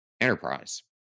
enterprise